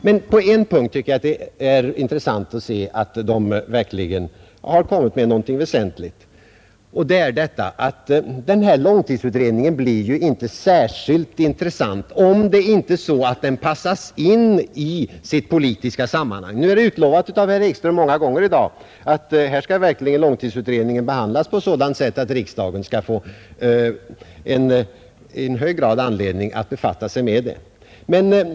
Men på en punkt tycker jag det är intressant att se att författarna verkligen har kommit med något väsentligt, och det är att en långtidsutredning inte blir särskilt intressant om den inte passas in i sitt politiska sammanhang. Nu har det många gånger i dag utlovats av herr Ekström att långtidsutredningen verkligen skall behandlas på sådant sätt att riksdagen i hög grad skall få anledning att befatta sig med den.